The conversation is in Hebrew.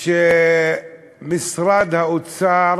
הטירוף בכך שמשרד האוצר